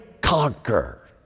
conquer